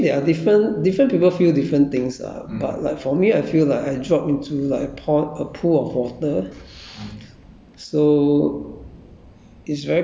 you just feel like you drop into maybe maybe actually there are different different people feel different things ah but like for me I feel like I drop into like a pot a pool of water